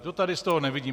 To tady z toho nevidím.